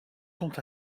sont